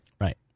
Right